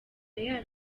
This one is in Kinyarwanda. yacu